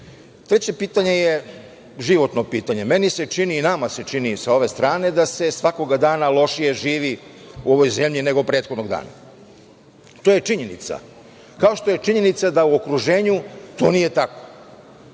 pravu. Treće pitanje je životno pitanje. Meni se čini i nama se čini sa ove strane da se svakoga dana lošije živi u ovoj zemlji nego prethodnog dana. To je činjenica, kao što je činjenica da u okruženju to nije tako.